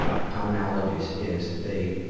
ah the commonalities is they,